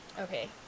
Okay